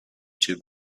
too